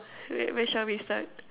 where where shall we start